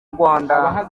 rwanda